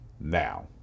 now